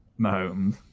Mahomes